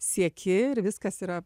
sieki ir viskas yra